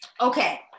Okay